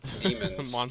demons